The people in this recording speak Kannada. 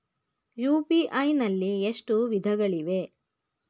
ಯು.ಪಿ.ಐ ನಲ್ಲಿ ಎಷ್ಟು ವಿಧಗಳಿವೆ?